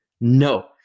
No